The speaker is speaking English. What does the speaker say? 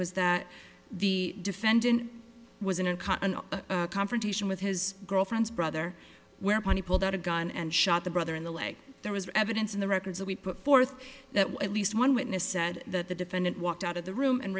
was that the defendant was in a confrontation with his girlfriend's brother whereupon he pulled out a gun and shot the brother in the leg there was evidence in the records that we put forth that at least one witness said that the defendant walked out of the room and